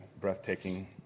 breathtaking